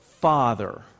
Father